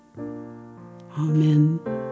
Amen